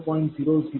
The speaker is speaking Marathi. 004 p